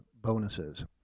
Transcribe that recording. bonuses